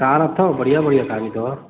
car अथव बढ़िया बढ़िया कारियूं अथव